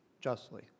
justly